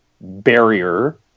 barrier